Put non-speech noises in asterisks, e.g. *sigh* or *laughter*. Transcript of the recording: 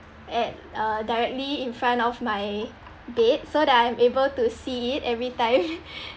at uh directly in front of my bed so that I'm able to see it every time *noise*